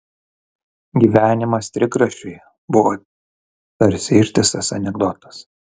gyvenimas trigrašiui buvo tarsi ištisas anekdotas